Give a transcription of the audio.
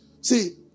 See